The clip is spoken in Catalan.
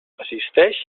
assisteix